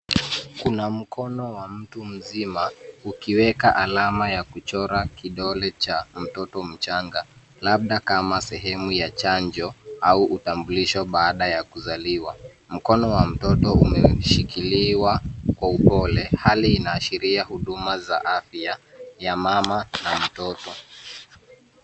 Kuna mkono wa mtu mzima ukiweka alama ya kuchora kidole cha mtoto mchanga labda kama sehemu ya chanjo au utambulisho baada ya kuzaliwa. Mkono wa mtoto umeshikiliwa kwa upole hali inaashiria huduma za afya ya mama na mtoto.